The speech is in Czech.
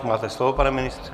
Máte slovo, pane ministře.